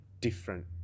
different